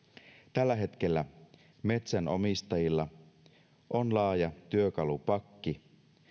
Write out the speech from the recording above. tällä hetkellä metsänomistajilla on laaja työkalupakki